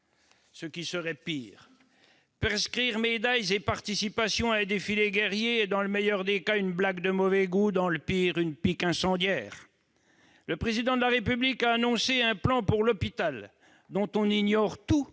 ce qui serait pire. Prescrire médailles et participation à un défilé guerrier est dans le meilleur des cas une blague de mauvais goût, dans le pire, une pique incendiaire. Le Président de la République a annoncé un plan pour l'hôpital, dont on ignore tout